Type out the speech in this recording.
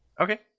Okay